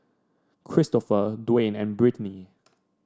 Cristofer Dwane and Brittny